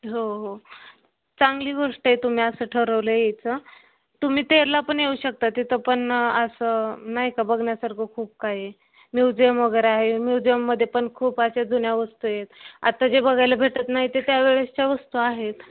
हो हो चांगली गोष्ट आहे तुम्ही असं ठरवलं आहे यायचं तुम्ही ते याला पण येऊ शकता तिथं पण असं नाही का बघण्यासारखं खूप काय म्युझियम वगैरे आहे म्युझियमध्ये पण खूप अशा जुन्या वस्तू आहेत आत्ता जे बघायला भेटत नाही ते त्यावेळेसच्या वस्तू आहेत